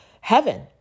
heaven